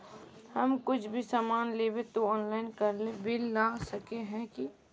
हम कुछ भी सामान लेबे ते ऑनलाइन करके बिल ला सके है की?